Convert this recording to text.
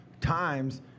times